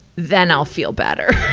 then i'll feel better.